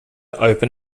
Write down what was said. open